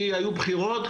כי היו בחירות,